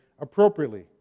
appropriately